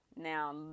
Now